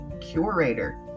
Curator